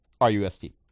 R-U-S-T